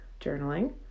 journaling